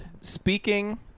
Speaking